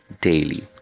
daily